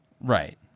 Right